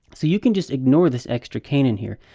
so you can just ignore this extra cainan, here.